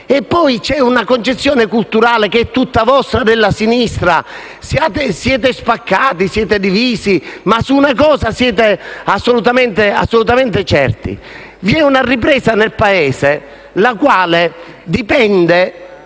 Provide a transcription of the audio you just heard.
e poi c'è una concezione culturale che è tutta vostra della sinistra. Siete spaccati e divisi, ma di una cosa siete assolutamente certi: vi è una ripresa del Paese, la quale dipende